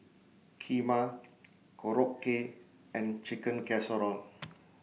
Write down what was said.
Kheema Korokke and Chicken Casserole